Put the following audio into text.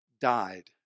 died